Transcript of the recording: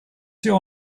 your